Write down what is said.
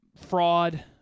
fraud